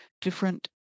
different